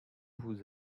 vous